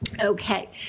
Okay